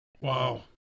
Wow